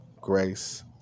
grace